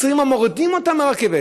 מורידים אותה מהרכבת,